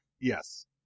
Yes